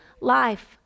life